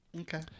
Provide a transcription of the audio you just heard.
Okay